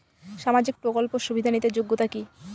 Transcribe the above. সামাজিক প্রকল্প সুবিধা নিতে যোগ্যতা কি?